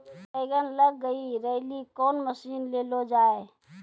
बैंगन लग गई रैली कौन मसीन ले लो जाए?